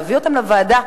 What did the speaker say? נביא אותם לוועדה,